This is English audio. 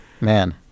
man